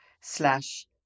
slash